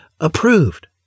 approved